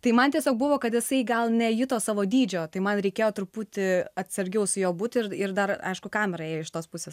tai man tiesiog buvo kad jisai gal nejuto savo dydžio tai man reikėjo truputį atsargiau su juo būti ir ir dar aišku kamera jei iš tos pusės